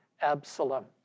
Absalom